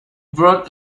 brought